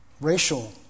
racial